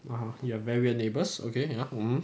ah !huh! you have very weird neighbours okay ya mm